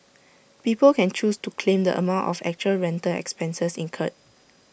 people can choose to claim the amount of actual rental expenses incurred